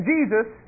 Jesus